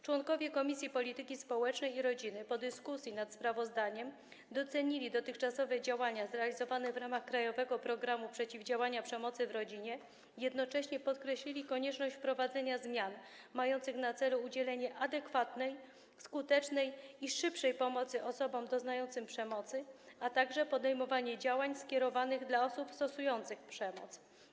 Członkowie Komisji Polityki Społecznej i Rodziny po dyskusji nad sprawozdaniem docenili dotychczasowe działania zrealizowane w ramach „Krajowego programu przeciwdziałania przemocy w Rodzinie”, jednocześnie podkreślili konieczność wprowadzenia zmian mających na celu udzielenie adekwatnej, skutecznej i szybszej pomocy osobom doznającym przemocy, a także podejmowanie działań skierowanych wobec osób stosujących przemoc.